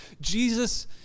Jesus